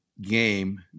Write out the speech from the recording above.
game